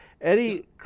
Eddie